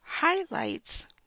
highlights